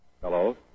Hello